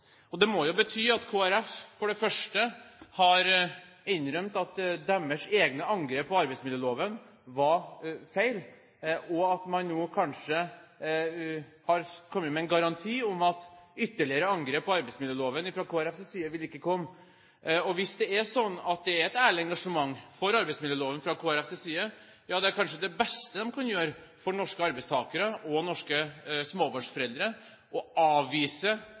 og det må jo bety at Kristelig Folkeparti for det første har innrømt at deres egne angrep på arbeidsmiljøloven var feil, og at man nå kanskje har kommet med en garanti for at ytterligere angrep på arbeidsmiljøloven fra Kristelig Folkepartis side vil ikke komme. Hvis det er sånn at det er et ærlig engasjement for arbeidsmiljøloven fra Kristelig Folkepartis side, er kanskje det beste de kan gjøre for norske arbeidstakere og norske småbarnsforeldre, å avvise